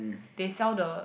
they sell the